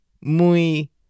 muy